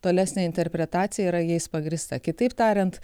tolesnė interpretacija yra jais pagrįsta kitaip tariant